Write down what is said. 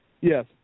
Yes